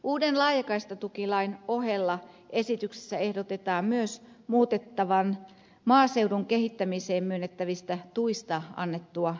uuden laajakaistatukilain ohella esityksessä ehdotetaan myös muutettavan maaseudun kehittämiseen myönnettävistä tuista annettua lakia